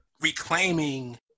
reclaiming